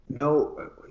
No